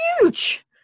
huge